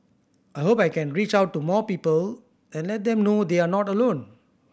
I hope I can reach out to more people and let them know they're not alone